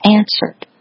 answered